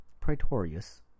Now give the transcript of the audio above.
Praetorius